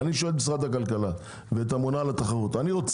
אני שואל את נציגי משרד הכלכלה ואת הממונה על התחרות.